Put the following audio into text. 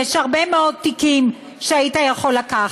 כי יש הרבה מאוד תיקים שהיית יכול לקחת.